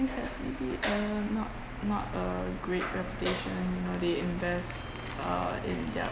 has pretty uh not not a great reputation you know they invest uh in their